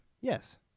Yes